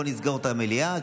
בואו נסגור את המליאה,